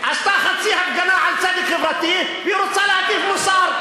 עשתה חצי הפגנה על צדק חברתי והיא רוצה להטיף מוסר.